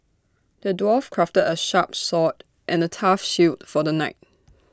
the dwarf crafted A sharp sword and A tough shield for the knight